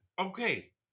okay